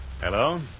Hello